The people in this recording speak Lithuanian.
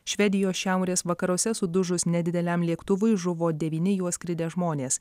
švedijos šiaurės vakaruose sudužus nedideliam lėktuvui žuvo devyni juo skridę žmonės